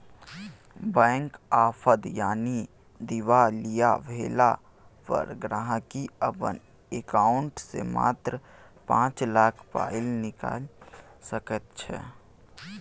bank आफद यानी दिवालिया भेला पर गांहिकी अपन एकांउंट सँ मात्र पाँच लाख पाइ निकालि सकैत छै